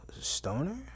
Stoner